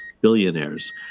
billionaires